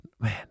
man